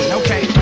okay